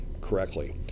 correctly